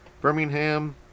Birmingham